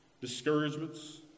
discouragements